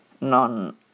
non